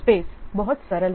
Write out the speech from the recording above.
Space बहुत सरल है